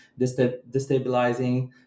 destabilizing